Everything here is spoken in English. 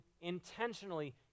intentionally